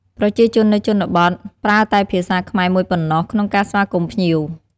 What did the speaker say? ប្រជាជននៅជនបទ ប្រើតែភាសាខ្មែរមួយប៉ុណ្ណោះក្នុងការស្វាគមន៍ភ្ញៀវ។